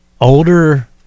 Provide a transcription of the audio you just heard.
older